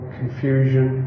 confusion